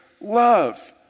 love